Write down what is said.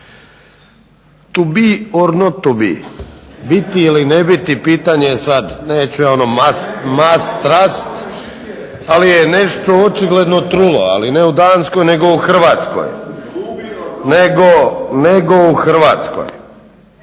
To be, or not to be, biti ili ne biti pitanje je sad, neću ja ono must trast, ali je nešto očigledno trulo, ali ne u Danskoj nego u Hrvatskoj. …/Upadica: To